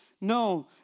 no